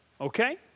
Okay